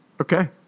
okay